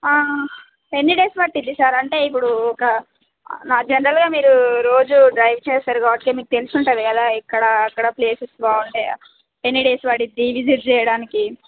ఎన్ని డేస్ పట్టుద్ధి సార్ అంటే ఇప్పుడు ఒక జనరల్గా మీరు రోజు డ్రైవ్ చేస్తారు కాబట్టి మీకు తెలిసి ఉంటుంది కదా ఇక్కడ అక్కడ ప్లేసెస్ బాగుంటాయా ఎన్ని డేస్ పట్టుద్ది విజిట్ చేయడానికి